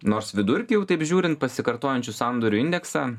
nors vidurkį jau taip žiūrint pasikartojančių sandorių indeksą